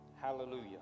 hallelujah